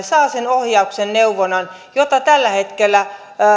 saa sen ohjauksen ja neuvonnan jota tällä hetkellä